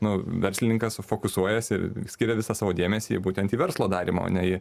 nu verslininkas sufokusuojas ir skiria visą savo dėmesį būtent į verslo darymą o ne į